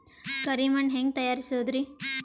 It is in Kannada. ಕರಿ ಮಣ್ ಹೆಂಗ್ ತಯಾರಸೋದರಿ?